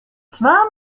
twa